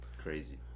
crazy